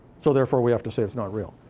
so therefore, we have to say it's not real.